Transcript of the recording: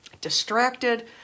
distracted